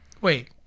Wait